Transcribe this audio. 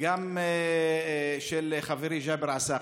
של חברי ג'אבר עסאקלה,